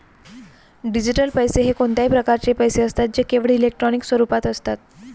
digital पैसे हे कोणत्याही प्रकारचे पैसे असतात जे केवळ इलेक्ट्रॉनिक स्वरूपात असतात